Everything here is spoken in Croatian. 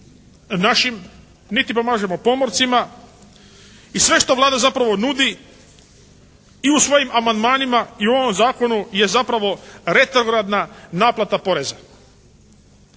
pomažemo pomorcima i sve što zapravo Vlada nudi i u svojim amandmanima i u ovom zakonu je zapravo retrogradna naplata poreza.